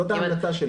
זאת ההמלצה שלי.